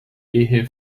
ehe